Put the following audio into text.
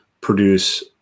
produce